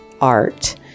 art